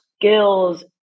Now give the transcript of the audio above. skills